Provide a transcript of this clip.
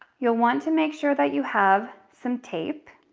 you'll want to make sure that you have some tape,